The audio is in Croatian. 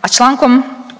A čl.